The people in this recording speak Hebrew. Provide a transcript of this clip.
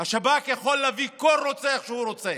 השב"כ יכול להביא כל רוצח שהוא רוצה.